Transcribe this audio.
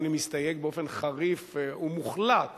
אני מסתייג באופן חריף ומוחלט